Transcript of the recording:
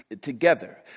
Together